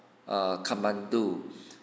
err kathmandu